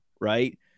right